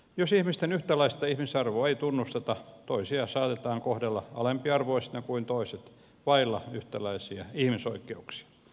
jos ihmisten yhtäläistä ihmisarvoa ei tunnusteta toisia saatetaan kohdella alempiarvoisina kuin toisia vailla yhtäläisiä ihmisoikeuksia